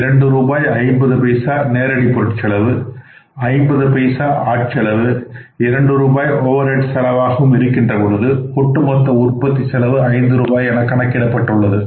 இரண்டு ரூபாய் 50 பைசா நேரடி பொருட்செலவும் 50 பைசா ஆட்செலவாகவும் இரண்டு ரூபாய் ஓவர் ஹெட் செலவாகும் இருக்கின்ற பொழுது ஒட்டுமொத்த உற்பத்தி செலவு 5 ரூபாய் என கணக்கிடப்பட்டுள்ளது